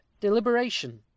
deliberation